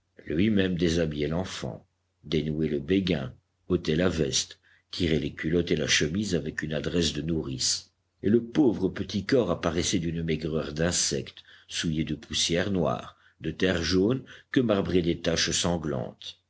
lui-même déshabillait l'enfant dénouait le béguin ôtait la veste tirait les culottes et la chemise avec une adresse de nourrice et le pauvre petit corps apparut d'une maigreur d'insecte souillé de poussière noire de terre jaune que marbraient des taches sanglantes